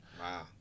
Wow